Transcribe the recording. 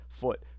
foot